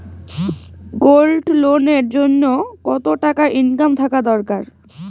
Gold loan এর জইন্যে কতো টাকা ইনকাম থাকা দরকার?